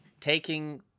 taking